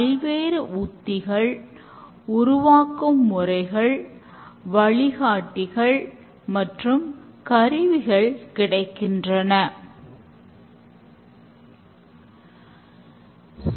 இதனை மிகவும் தீவிரப்படுத்த எக்ஸ்டிரிம் புரோகிரோமிங் டெஸ்டிங்கை தொடர்ச்சியாக செய்ய உதவுகிறது